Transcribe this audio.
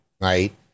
right